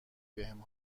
بهم